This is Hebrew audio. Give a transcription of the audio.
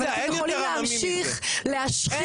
אבל אתם יכולים להמשיך להשחיר,